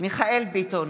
מיכאל מרדכי ביטון,